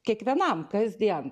kiekvienam kasdien